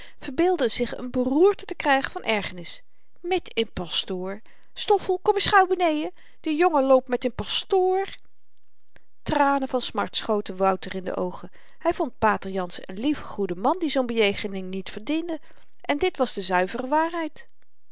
verbeeldde zich n beroerte te krygen van ergernis met n pastoor stoffel kom ns gauw beneden de jongen loopt met n pastoor tranen van smart schoten wouter in de oogen hy vond pater jansen n lieve goede man die zoo'n bejegening niet verdiende en dit was de zuivere waarheid